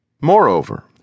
Moreover